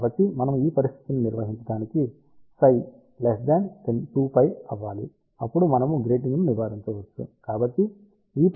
కాబట్టి మనము ఈ పరిస్థితి నిర్వహించడానికి ψ2π అప్పుడు మనము గ్రేటింగ్ ను నివారించవచ్చు